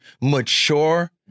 mature